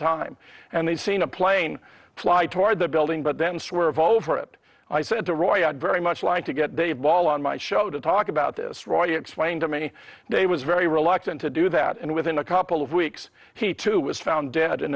time and they'd seen a plane fly toward the building but then swerve all over it i said to roy i'd very much like to get the ball on my show to talk about this roy explained to me they was very reluctant to do that and within a couple of weeks he too was found dead